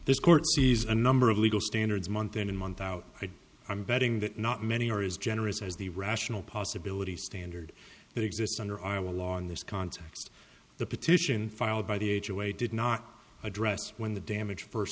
this court sees a number of legal standards month in month out i'm betting that not many or is generous as the rational possibility standard that exists under our law in this context the petition filed by the age away did not address when the damage first